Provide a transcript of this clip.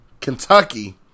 Kentucky